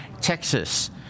Texas